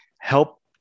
help